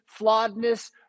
flawedness